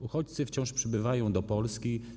Uchodźcy wciąż przybywają do Polski.